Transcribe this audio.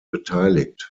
beteiligt